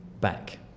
back